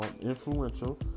influential